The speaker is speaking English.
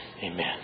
Amen